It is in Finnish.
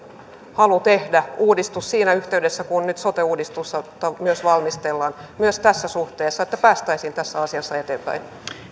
halu tehdä uudistus siinä yhteydessä kun nyt sote uudistusta myös valmistellaan myös tässä suhteessa että päästäisiin tässä asiassa eteenpäin